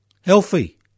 healthy